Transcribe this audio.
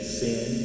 sin